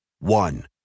One